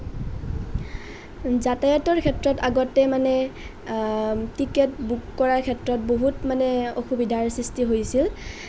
যাতয়াতৰ ক্ষেত্ৰত আগতে মানে টিকট বুক কৰাৰ ক্ষেত্ৰত বহুত মানে অসুবিধাৰ সৃষ্টি হৈছিল